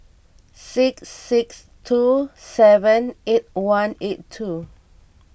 six six two seven eight one eight two